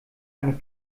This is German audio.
eine